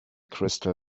crystal